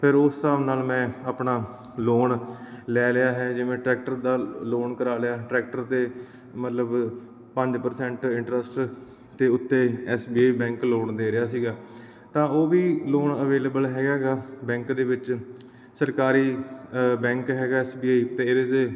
ਫਿਰ ਉਸ ਹਿਸਾਬ ਨਾਲ ਮੈਂ ਆਪਣਾ ਲੋਨ ਲੈ ਲਿਆ ਹੈ ਜਿਵੇਂ ਟਰੈਕਟਰ ਦਾ ਲੋਨ ਕਰਾ ਲਿਆ ਟਰੈਕਟਰ 'ਤੇ ਮਤਲਬ ਪੰਜ ਪਰਸੈਂਟ ਇੰਟਰਸਟ ਦੇ ਉੱਤੇ S B I bank loan ਦੇ ਰਿਹਾ ਸੀਗਾ ਤਾਂ ਉਹ ਵੀ ਲੋਨ ਅਵੇਲੇਬਲ ਹੈਗਾ ਹੈਗਾ ਬੈਂਕ ਦੇ ਵਿੱਚ ਸਰਕਾਰੀ ਬੈਂਕ ਹੈਗਾ ਐਸ ਬੀ ਆਈ ਅਤੇ ਇਹਦੇ 'ਤੇ